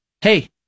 hey